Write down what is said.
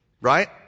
Right